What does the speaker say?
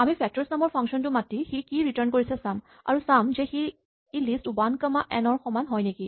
আমি ফেক্টৰছ নামৰ ফাংচন টো মাতি সি কি ৰিটাৰ্ন কৰিছে চাম আৰু চাম যে ই লিষ্ট ৱান কমা এন ৰ সমান হয় নেকি